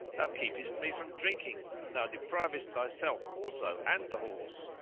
thou keepest me from drinking, and thou deprivest thyself also, and the horse.